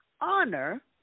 honor